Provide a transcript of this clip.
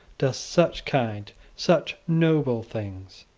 does such kind, such noble things.